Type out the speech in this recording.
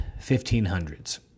1500s